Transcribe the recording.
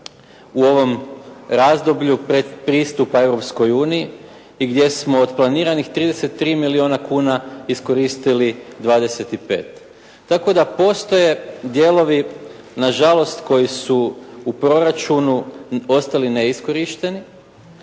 u ovom razdoblju predpristupa Europskoj uniji i gdje smo od planiranih 33 milijuna kuna iskoristili 25. Tako da postoje dijelovi nažalost koji su u proračunu ostali neiskorišteni